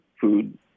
food